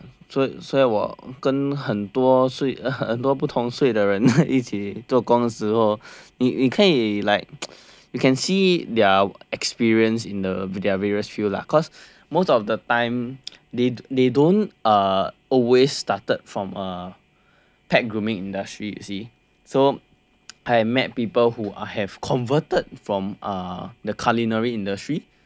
所以我跟很多所以很多不同岁的人一起做工的时候你可以 like you can see their experience in the their various fields lah cause most of the time they they don't uh always started from uh pet grooming industry you see so I've met people who have converted from uh the culinary industry